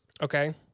Okay